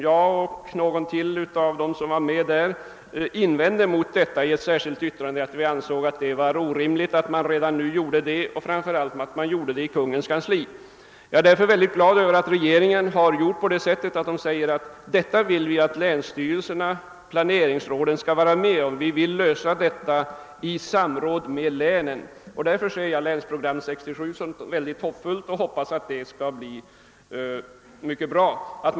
Jag och några andra ledamöter av utredningen reste invändningar mot detta uttalande; vi ansåg det vara orimligt att en sådan prioritering gjordes redan nu och framför allt att den gjordes i Kungl. Maj:ts kansli. Jag är mycket glad över att regeringen vill att dessa problem skall lösas i samråd med planeringsråden och länsstyrelserna. Därför ser jag länsplanering 1967 som någonting mycket hoppfullt.